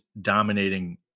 dominating